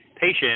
patient